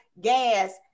gas